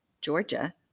Georgia